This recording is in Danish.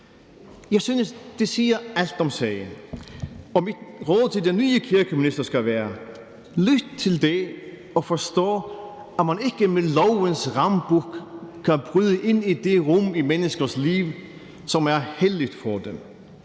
Jeg synes, det siger alt om sagen. Og mit råd til den nye kirkeminister skal være: Lyt til det, og forstå, at man ikke med lovens rambuk kan bryde ind i det rum i menneskers liv, som er helligt for dem.